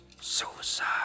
Suicide